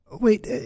wait